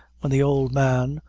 when the old man,